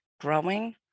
growing